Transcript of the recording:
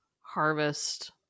harvest